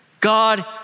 God